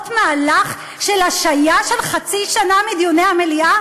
מהלך של השעיה של חצי שנה מדיוני המליאה?